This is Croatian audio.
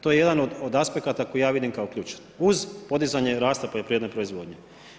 To je jedan od aspekata koje ja vidim kao ključna, uz podizanje rasta poljoprivredne proizvodnje.